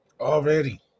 Already